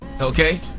Okay